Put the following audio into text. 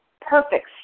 Perfect